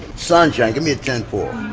sunshine, give me a ten four.